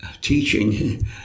teaching